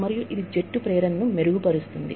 మరియు ఇది జట్టు ప్రేరణను మెరుగుపరుస్తుంది